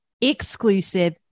exclusive